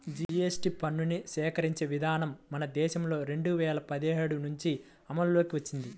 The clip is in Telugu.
జీఎస్టీ పన్నుని సేకరించే విధానం మన దేశంలో రెండు వేల పదిహేడు నుంచి అమల్లోకి వచ్చింది